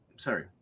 Sorry